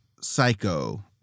Psycho